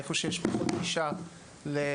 איפה שיש פחות גישה לטיפול,